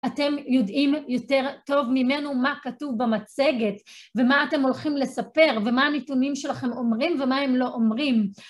אתם יודעים יותר טוב ממנו מה כתוב במצגת ומה אתם הולכים לספר ומה הנתונים שלכם אומרים ומה הם לא אומרים.